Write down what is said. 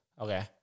Okay